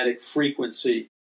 frequency